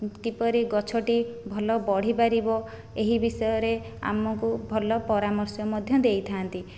କିପରି ଗଛଟି ଭଲ ବଢ଼ିପାରିବ ଏହି ବିଷୟରେ ଆମକୁ ଭଲ ପରାମର୍ଶ ମଧ୍ୟ ଦେଇଥାନ୍ତି